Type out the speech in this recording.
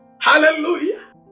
Hallelujah